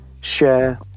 share